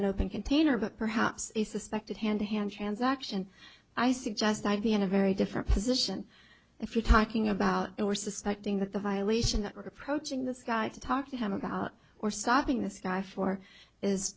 an open container but perhaps a suspected hand hand transaction i suggest i'd be in a very different position if you're talking about were suspecting that the violation approaching this guy to talk to him about or stopping this guy for is